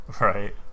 Right